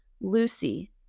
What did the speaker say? lucy